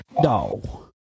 no